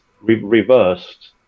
reversed